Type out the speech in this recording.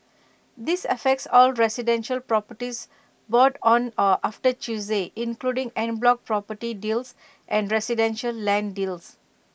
this affects all residential properties bought on or after Tuesday including en bloc property deals and residential land deals